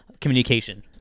communication